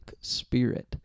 spirit